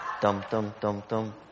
Dum-dum-dum-dum